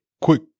quick